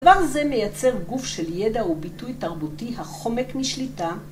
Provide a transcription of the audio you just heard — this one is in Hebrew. הדבר הזה מייצר גוף של ידע וביטוי תרבותי החומק משליטה